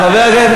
חבל.